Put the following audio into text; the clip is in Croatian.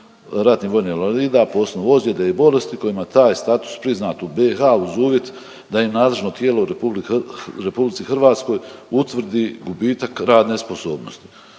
ratnih vojnih invalida, posebno ozlijede i bolesti kojima je taj status priznat u BiH uz uvjet da im nadležno tijelo u RH utvrdi gubitak radne sposobnosti.